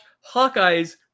hawkeye's